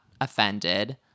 offended